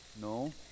No